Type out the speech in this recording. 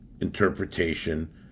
interpretation